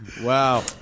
Wow